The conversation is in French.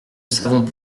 savons